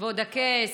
כבוד הקייס,